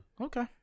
Okay